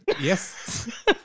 Yes